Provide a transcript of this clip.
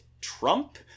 trump